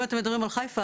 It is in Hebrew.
אם אתם מדברים על חיפה,